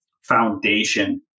foundation